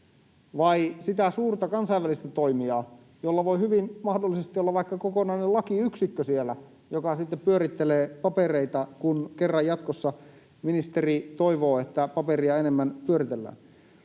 vai sitä suurta kansainvälistä toimijaa, jolla voi hyvin mahdollisesti olla vaikka kokonainen lakiyksikkö siellä, joka sitten pyörittelee papereita, kun kerran jatkossa ministeri toivoo, että paperia enemmän pyöritellään?